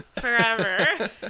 forever